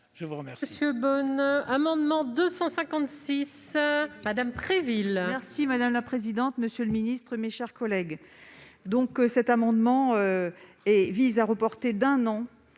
Je vous remercie